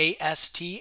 AST